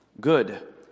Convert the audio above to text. good